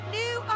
new